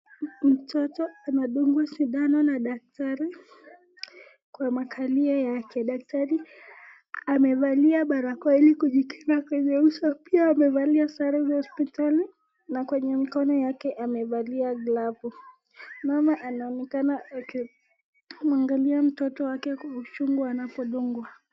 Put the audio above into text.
Mtoto anadungwa sindano na daktari kwa makalio yake daktari amevalia barakoa ili kujikinga kwenye uso pia amevasilia sare za hospitali na kwenye mikoni yake amevalia glovu. Mama anaonekana akimwangalia mtoto wake kwa uchungu anapodungwa.